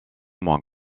moins